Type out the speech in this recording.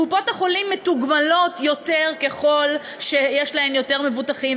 קופות-החולים מתוגמלות יותר ככל שיש להן יותר מבוטחים,